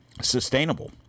sustainable